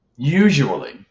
Usually